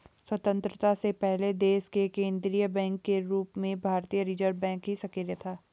स्वतन्त्रता से पहले देश के केन्द्रीय बैंक के रूप में भारतीय रिज़र्व बैंक ही सक्रिय था